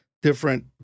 different